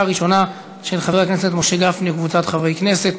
של חבר הכנסת משה גפני וקבוצת חברי הכנסת,